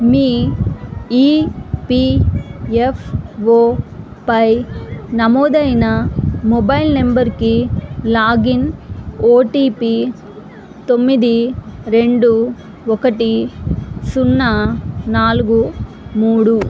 మీ ఈపిఎఫ్ఓపై నమోదైన మొబైల్ నంబరుకి లాగిన్ ఓటిపి తొమ్మిది రెండు ఒకటి సున్నా నాలుగు మూడు